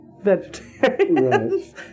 vegetarians